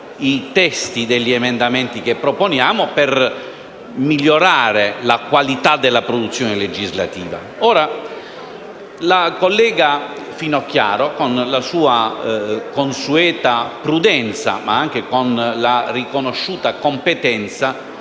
i testi degli emendamenti che proponiamo, ossia migliorare la qualità della produzione legislativa. La collega Finocchiaro, con la sua consueta prudenza e con la riconosciuta competenza,